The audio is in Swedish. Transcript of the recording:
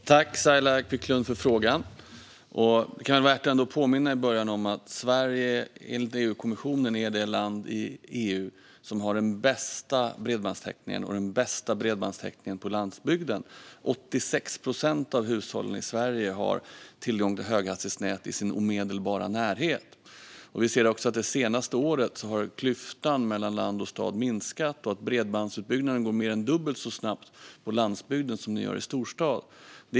Fru talman! Tack, Saila Quicklund, för frågan! Det kan vara värt att börja med att påminna om att Sverige enligt EU-kommissionen är det land i EU som har den bästa bredbandstäckningen och den bästa bredbandstäckningen på landsbygden. 86 procent av hushållen i Sverige har tillgång till höghastighetsnät i sin omedelbara närhet. Vi ser också att klyftan mellan land och stad minskat under det senaste året och att bredbandsutbyggnaden går mer än dubbelt så snabbt på landsbygden som den gör i storstad.